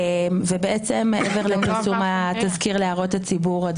מעבר לפרסום התזכיר להערות הציבור,